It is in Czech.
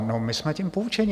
No, my jsme tím poučeni.